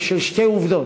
בשל שתי עובדות.